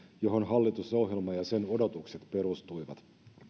johon hallitusohjelma ja sen odotukset perustuivat